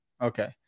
Okay